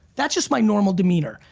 that's just my normal demeanor.